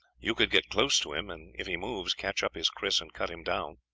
you could get close to him, and if he moves, catch up his kris and cut him down.